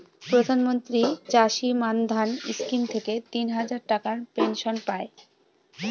প্রধান মন্ত্রী চাষী মান্ধান স্কিম থেকে তিন হাজার টাকার পেনশন পাই